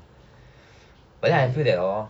but then I feel that orh